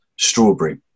strawberry